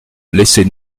laissez